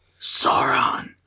Sauron